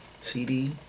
CD